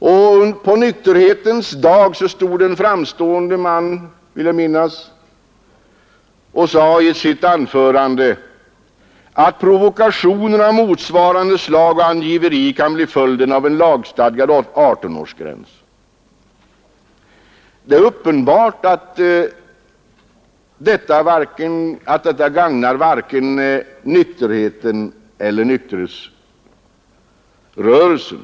På folknykterhetens dag sade en framstående man i ett anförande — vill jag minnas — att provokationer av motsvarande slag och angiveri kan bli följden av en lagstadgad 18-årsgräns. Det är uppenbart att detta gagnar varken nykterheten eller nykterhetsrörelsen.